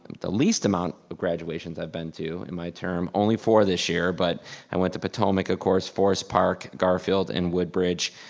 the least amount of graduations i've been to in my term only for this year but i went to patomac of course, forest park, garfield, and woodbridge.